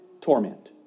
torment